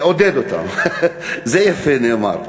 "לעודד אותם", זה יפה נאמר.